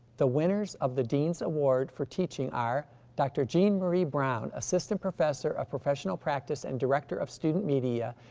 the winners of the dean's award for teaching are dr. jean marie brown, assistant professor of professional practice and director of student media,